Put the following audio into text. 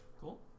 Cool